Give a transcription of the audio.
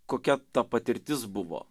kokia ta patirtis buvo